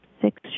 six